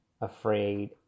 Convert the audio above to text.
afraid